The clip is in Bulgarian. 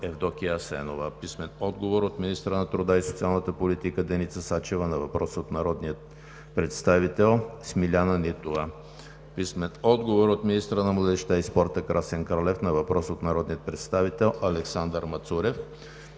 Асенова; - министъра на труда и социалната политика Деница Сачева на въпрос от народния представител Смиляна Нитова; - министъра на младежта и спорта Красен Кралев на въпрос от народния представител Александър Мацурев;